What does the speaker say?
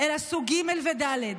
אלא סוג ג' וד'.